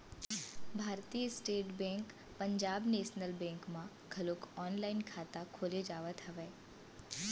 भारतीय state bank Punjab national bank म घलोक ऑनलाईन खाता खोले जावत हवय